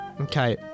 Okay